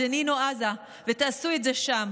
לג'נין או לעזה ותעשו את זה שם.